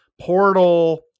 portal